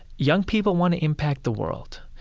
young people want to impact the world.